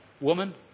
Woman